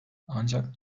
ancak